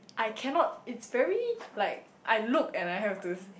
I cannot it's very like I look and I have to